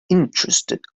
interested